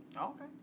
Okay